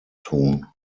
tun